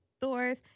stores